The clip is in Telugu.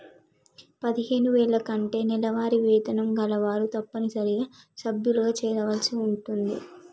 పదిహేను వేల కంటే నెలవారీ వేతనం కలవారు తప్పనిసరిగా సభ్యులుగా చేరవలసి ఉంటుంది